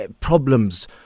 problems